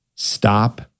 stop